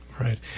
Right